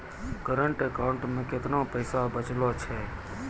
Current account मे केतना पैसा बचलो छै?